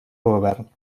govern